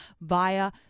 via